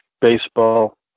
baseball